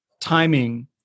timing